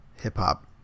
hip-hop